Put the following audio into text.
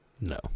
No